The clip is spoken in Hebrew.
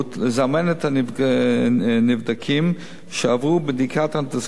לזמן את הנבדקים שעברו בדיקת אנדוסקופ